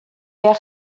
behar